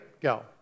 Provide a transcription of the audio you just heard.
Go